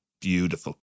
Beautiful